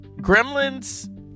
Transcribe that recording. Gremlins